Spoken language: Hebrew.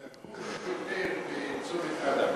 דקרו שוטר בצומת-אדם.